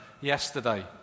yesterday